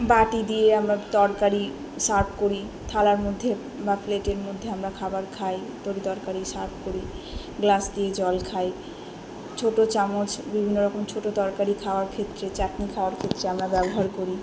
বাটি দিয়ে আমরা তরকারি সার্ভ করি থালার মধ্যে বা প্লেটের মধ্যে আমরা খাবার খাই তরি তরকারি সার্ভ করি গ্লাস দিয়ে জল খাই ছোটো চামচ বিভিন্ন রকম ছোটো তরকারি খাওয়ার ক্ষেত্রে চাটনি খাওয়ার ক্ষেত্রে আমরা ব্যবহার করি